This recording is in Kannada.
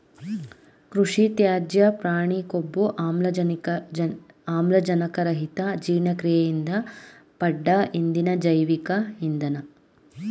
ಕೃಷಿತ್ಯಾಜ್ಯ ಪ್ರಾಣಿಕೊಬ್ಬು ಆಮ್ಲಜನಕರಹಿತಜೀರ್ಣಕ್ರಿಯೆಯಿಂದ ಪಡ್ದ ಇಂಧನ ಜೈವಿಕ ಇಂಧನ